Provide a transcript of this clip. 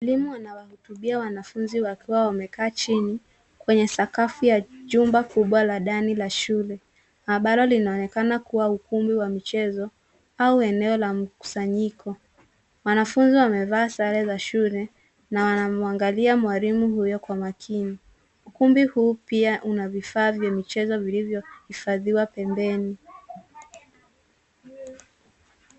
Mwalimu anawahutubia wanafunzi wakiwa wame kaa chini kwenye sakafu ya jumba kubwa la ndani la shule. Maabara linaonekana kuwa ukumi wa michezo au eneo la mkusanyiko. Wanafunzi wamevaa sare za shule na wana mwangalia mwalimu huyo kwa makini. Ukumbi huu pia una vifaa vya michezo vilvyo hifadhiwa pembeni.